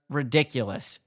ridiculous